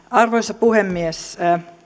arvoisa puhemies